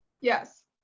Yes